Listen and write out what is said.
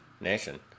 nation